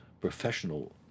professional